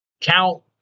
Count